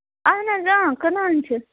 اَہَن حظ آ کٕنان چھِ